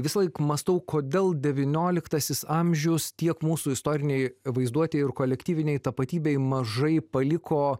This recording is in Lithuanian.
visąlaik mąstau kodėl devynioliktasis amžius tiek mūsų istorinėj vaizduotėj ir kolektyvinėj tapatybėj mažai paliko